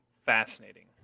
fascinating